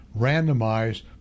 randomized